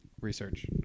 Research